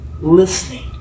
listening